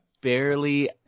barely